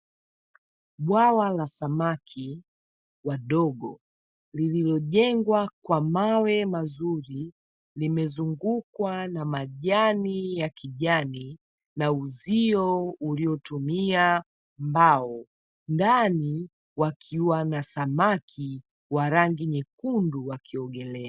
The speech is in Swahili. Bwawa la samaki wadogo lililojengwa kwa mawe mazuri, limezungukwa na majani ya kijani na uzio uliotumia mbao, ndani wakiwa na samaki wa rangi nyekundu wakiogelea.